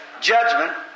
judgment